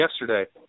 yesterday –